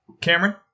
Cameron